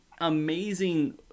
amazing